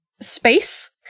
space